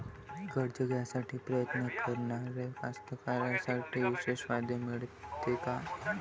कर्ज घ्यासाठी प्रयत्न करणाऱ्या कास्तकाराइसाठी विशेष फायदे मिळते का?